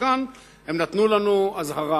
כאן נתנו לנו אזהרה.